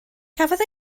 cafodd